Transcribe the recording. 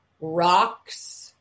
rocks